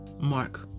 mark